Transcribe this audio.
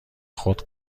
خود